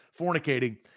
fornicating